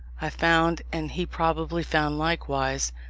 i found, and he probably found likewise,